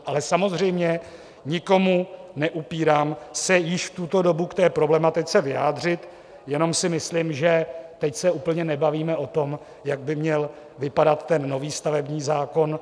Ale samozřejmě nikomu neupírám se již v tuto dobu k této problematice vyjádřit, jenom si myslím, že teď se úplně nebavíme o tom, jak by měl vypadat nový stavební zákon.